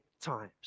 times